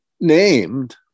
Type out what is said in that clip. named